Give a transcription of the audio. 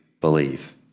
believe